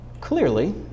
clearly